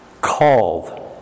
Called